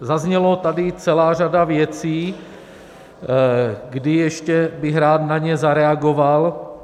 Zazněla tady celá řada věcí, kdy ještě bych rád na ně zareagoval.